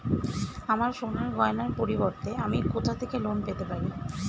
আমার সোনার গয়নার পরিবর্তে আমি কোথা থেকে লোন পেতে পারি?